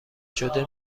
شده